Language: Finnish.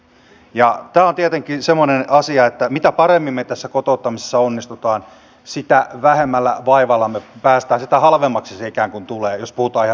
tämä on tietenkin semmoinen asia että mitä paremmin me tässä kotouttamisessa onnistumme sitä vähemmällä vaivalla me pääsemme sitä halvemmaksi se ikään kuin tulee jos puhutaan ihan suomen kieltä